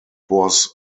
was